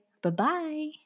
Bye-bye